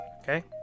Okay